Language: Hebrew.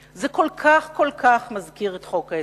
זה מזכיר עד כאב את מה שקרה עם חוק ההסדרים.